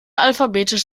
alphabetisch